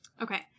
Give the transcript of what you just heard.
Okay